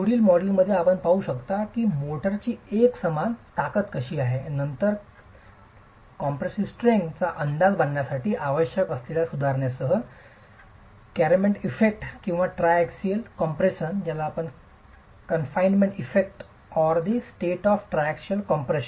पुढील मॉड्यूलमध्ये आपण पाहू शकता की मोर्टारची एकसमान ताकद कशी आहे नंतर कॉम्प्रेसीव स्ट्रेंग्थ अंदाज बांधण्यासाठी आवश्यक असलेल्या सुधारणेसह कॅमेरेमेंट इफेक्ट किंवा ट्राएक्सियल कम्प्रेशनची confinement effect or the state of triaxial compression